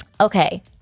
okay